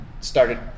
started